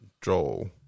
Joel